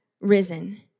risen